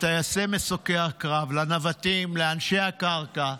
לטייסי מסוקי הקרב, לנווטים, לאנשי הקרקע,